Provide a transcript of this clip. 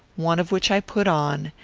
one of which i put on,